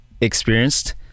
experienced